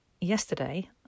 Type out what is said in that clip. yesterday